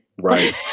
right